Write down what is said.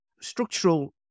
structural